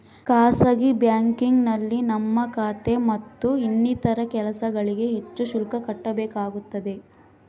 ಖಾಸಗಿ ಬ್ಯಾಂಕಿಂಗ್ನಲ್ಲಿ ನಮ್ಮ ಖಾತೆ ಮತ್ತು ಇನ್ನಿತರ ಕೆಲಸಗಳಿಗೆ ಹೆಚ್ಚು ಶುಲ್ಕ ಕಟ್ಟಬೇಕಾಗುತ್ತದೆ